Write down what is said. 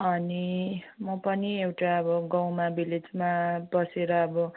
अनि म पनि एउटा अब गाउँमा भिलेजमा बसेर अब